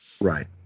right